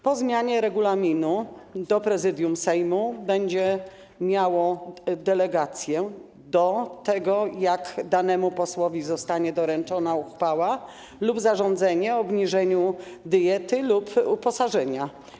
Po zmianie regulaminu to Prezydium Sejmu będzie miało delegację do określenia tego, jak danemu posłowi zostanie doręczona uchwała lub zarządzenie o obniżeniu diety lub uposażenia.